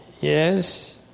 yes